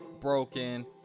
broken